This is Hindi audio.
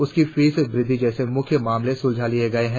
उनकी फीस वृद्धि जैसे मुख्य मामले सुलझा लिए गए हैं